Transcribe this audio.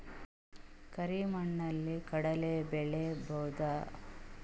ಕರಿ ಮಣ್ಣಲಿ ಕಡಲಿ ಬೆಳಿ ಬೋದ?